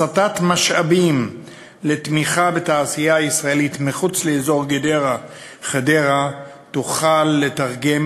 הסטת משאבים לתמיכה בתעשייה הישראלית מחוץ לאזור גדרה חדרה תוכל לתרגם